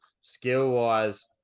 Skill-wise